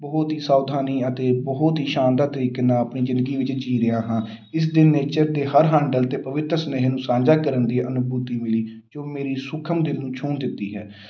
ਬਹੁਤ ਹੀ ਸਾਵਧਾਨੀ ਅਤੇ ਬਹੁਤ ਹੀ ਸ਼ਾਨਦਾਰ ਤਰੀਕੇ ਨਾਲ ਆਪਣੀ ਜ਼ਿੰਦਗੀ ਵਿੱਚ ਜੀ ਰਿਹਾ ਹਾਂ ਇਸ ਦਿਨ ਨੇਚਰ ਅਤੇ ਹਰ ਹੰਡਲ ਅਤੇ ਪਵਿੱਤਰ ਸੁਨੇਹੇ ਨੂੰ ਸਾਂਝਾ ਕਰਨ ਦੀ ਅਨੁਭੂਤੀ ਮਿਲੀ ਜੋ ਮੇਰੀ ਸੂਖਮ ਦਿਲ ਨੂੰ ਛੂਹ ਦਿੱਤੀ ਹੈ